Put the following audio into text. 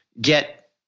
get